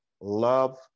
love